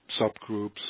subgroups